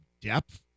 depth